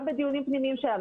גם בדיונים פנימיים שלנו,